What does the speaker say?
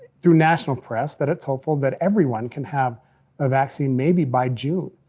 through national press that it's hopeful that everyone can have a vaccine maybe by june.